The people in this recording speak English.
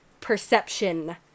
perception